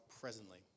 presently